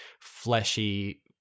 fleshy